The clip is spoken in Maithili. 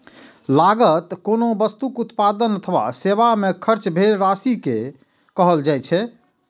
लागत कोनो वस्तुक उत्पादन अथवा सेवा मे खर्च भेल राशि कें कहल जाइ छै